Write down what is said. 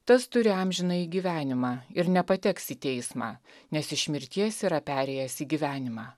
tas turi amžinąjį gyvenimą ir nepateks į teismą nes iš mirties yra perėjęs į gyvenimą